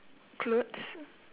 clothes